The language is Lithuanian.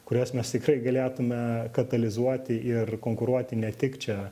kurias mes tikrai galėtume katalizuoti ir konkuruoti ne tik čia